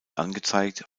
angezeigt